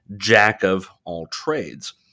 jack-of-all-trades